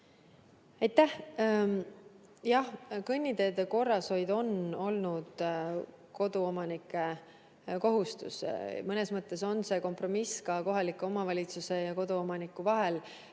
Aitäh! Jah, kõnniteede korrashoid on olnud koduomanike kohustus. Mõnes mõttes on see kompromiss ka kohaliku omavalitsuse ja koduomaniku vahel,